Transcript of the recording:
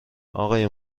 آقای